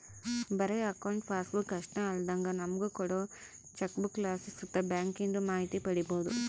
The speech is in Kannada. ಬರೇ ಅಕೌಂಟ್ ಪಾಸ್ಬುಕ್ ಅಷ್ಟೇ ಅಲ್ದಂಗ ನಮುಗ ಕೋಡೋ ಚೆಕ್ಬುಕ್ಲಾಸಿ ಸುತ ಬ್ಯಾಂಕಿಂದು ಮಾಹಿತಿ ಪಡೀಬೋದು